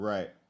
Right